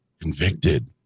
Convicted